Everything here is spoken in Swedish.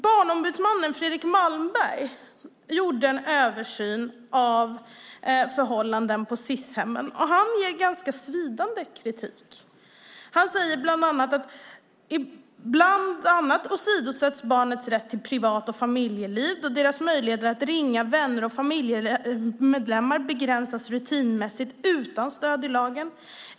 Barnombudsmannen Fredrik Malmberg gjorde en översyn av förhållanden på Sis-hemmen, och han ger ganska svidande kritik. Han säger bland annat att barnets rätt till privat och familjeliv åsidosätts då deras möjligheter att ringa vänner och familjemedlemmar rutinmässigt begränsas - utan stöd i lagen.